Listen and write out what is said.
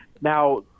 now